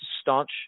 staunch